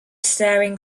staring